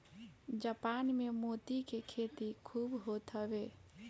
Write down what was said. Japan में मोती के खेती खूब होत हवे